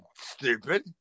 stupid